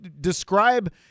describe